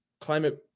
climate